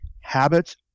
Habits